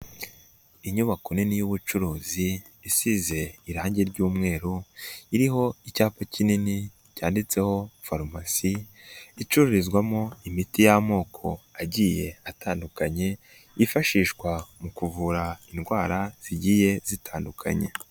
Inyubako nini y'ubucuruzi, isize irangi ry'umweru, iriho icyapa kinini cyanditseho farumasi, icururizwamo imiti y'amoko agiye atandukanye, yifashishwa mu kuvura indwara zigiye zitandukanye.